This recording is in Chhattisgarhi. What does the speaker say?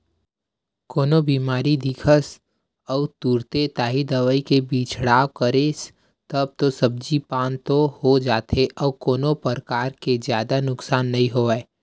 कोनो बेमारी दिखिस अउ तुरते ताही दवई के छिड़काव करेस तब तो सब्जी पान हो जाथे अउ कोनो परकार के जादा नुकसान नइ होवय